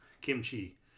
Kimchi